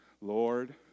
Lord